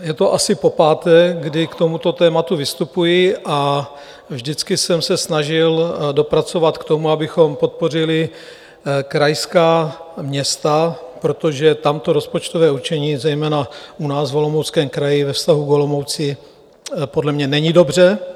Je to asi popáté, kdy k tomuto tématu vystupuji, a vždycky jsem se snažil dopracovat k tomu, abychom podpořili krajská města, protože tam to rozpočtové určení, zejména u nás v Olomouckém kraji ve vztahu k Olomouci, podle mě není dobře.